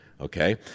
Okay